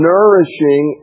Nourishing